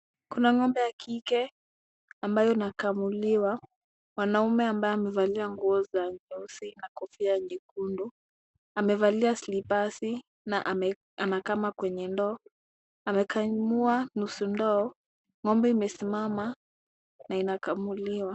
Kuna ng'ombe ya kike ambayo inakamuliwa. Mwanaume ambaye amevalia nguo za nyeusi na kofia nyekundu, amevalia slipasi na anakama kwenye ndoo. Amekamua nusu ndoo. Ng'ombe imesimama na inakamuliwa.